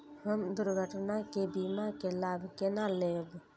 हम दुर्घटना के बीमा के लाभ केना लैब?